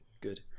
good